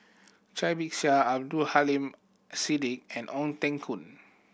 Cai Bixia Abdul Aleem Siddique and Ong Teng Koon